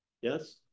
yes